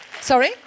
Sorry